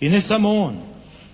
I ne samo on,